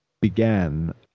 began